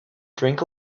drink